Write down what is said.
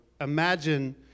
imagine